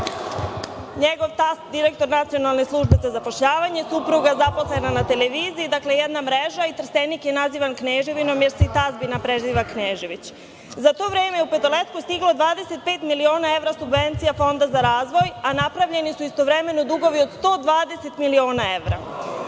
tast, direktor Nacionalne službe za zapošljavanje, supruga zaposlena na televiziji, dakle jedna mreža i Trstenik je nazivan Kneževinom, jer se i tazbina preziva Knežević.Za to vreme, u „Petoletku“ je stiglo 25 miliona evra subvencija Fonda za razvoj, a napravljeni su istovremeno dugovi od 120 miliona evra.